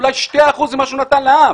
אולי שני אחוזים ממה שהוא נתן לעם.